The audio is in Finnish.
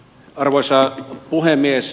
arvoisa puhemies